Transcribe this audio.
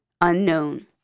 unknown